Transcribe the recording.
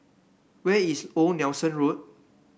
where is Old Nelson Road